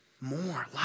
More